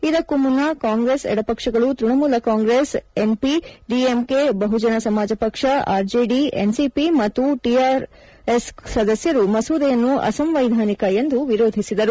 ಇದಕ್ಕೂ ಮುನ್ನ ಕಾಂಗ್ರೆಸ್ ಎಡಪಕ್ಷಗಳು Trinamool Congress SP DMK Bahujan Samaj ಪಕ್ಷ ಆರ್ಜೆಡಿ ಎನ್ಸಿಪಿ ಮತ್ತು ಟಿಆರ್ಎಸ್ ಸದಸ್ಯರು ಮಸೂದೆಯನ್ತು ಅಸಂವ್ವೆಧಾನಿಕ ಎಂದು ವಿರೋಧಿಸಿದರು